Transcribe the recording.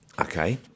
okay